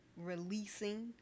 releasing